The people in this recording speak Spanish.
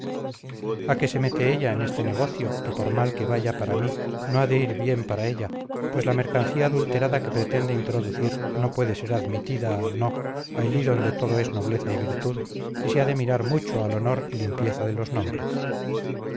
a qué se mete ella en este negocio que por mal que vaya para mí no ha de ir bien para ella pues la mercancía adulterada que pretende introducir no puede ser admitida no allí donde todo es nobleza y virtud y se ha de mirar mucho al honor y limpieza de los nombres